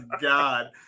God